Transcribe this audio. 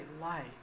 light